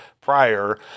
prior